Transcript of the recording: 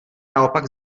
naopak